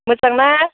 मोजांना